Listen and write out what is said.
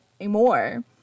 anymore